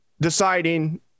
deciding